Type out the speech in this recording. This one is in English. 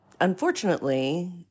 Unfortunately